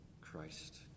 Christ